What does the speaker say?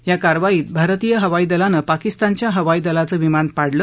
या कारवाईत भारतीय हवाईदलानं पाकिस्तानच्या हवाई दलाचं विमान पाडलं